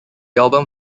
album